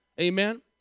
Amen